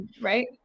right